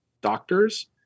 doctors